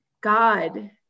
God